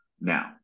now